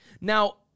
Now-